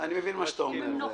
אני מבין את מה שאתה אומר.